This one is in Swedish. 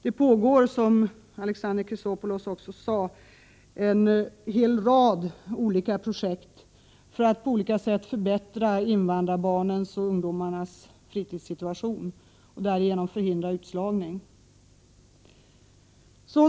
Det pågår, som Alexander Chrisopoulos också sade, en hel rad olika projekt för att man på olika sätt skall kunna förbättra invandrarbarnens och invandrarungdomarnas fritidssituation och därigenom förhindra utslagning.